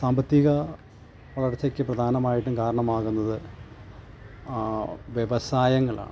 സാമ്പത്തിക വളർച്ചയ്ക്ക് പ്രധാനമായിട്ടും കാരണമാകുന്നത് വ്യവസായങ്ങളാണ്